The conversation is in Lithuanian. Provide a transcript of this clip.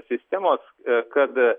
sistemos kad